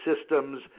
systems